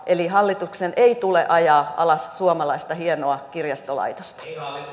eli hallituksen ei tule ajaa alas suomalaista hienoa kirjastolaitosta